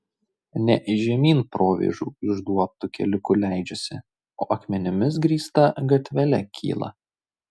ne žemyn provėžų išduobtu keliuku leidžiasi o akmenimis grįsta gatvele kyla